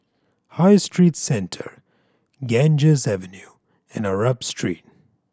High Street Centre Ganges Avenue and Arab Street